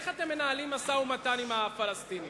איך אתם מנהלים משא-ומתן עם הפלסטינים?